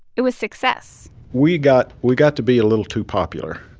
it was success we got we got to be a little too popular.